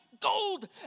gold